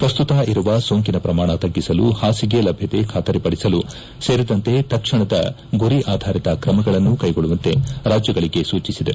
ಪ್ರಸ್ತುತ ಇರುವ ಸೋಂಕಿನ ಪ್ರಮಾಣ ತಗ್ಗಿಸಲು ಹಾಸಿಗೆ ಲಭ್ಯತೆ ಖಾತರಿಪಡಿಸುವುದೂ ಸೇರಿದಂತೆ ತಕ್ಷಣದ ಗುರಿ ಆಧಾರಿತ ಕ್ರಮಗಳನ್ನು ಕೈಗೊಳ್ಳುವಂತೆ ರಾಜ್ಯಗಳಿಗೆ ಸೂಚಿಸಿದೆ